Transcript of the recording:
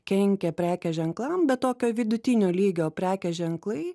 kenkia prekės ženklam bet tokio vidutinio lygio prekės ženklai